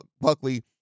Buckley